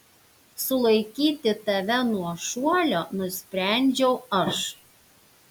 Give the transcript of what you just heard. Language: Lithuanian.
sulaikyti tave nuo šuolio nusprendžiau aš